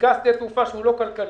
מחזיקה שדה תעופה שהוא לא כלכלי,